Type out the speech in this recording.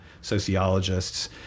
sociologists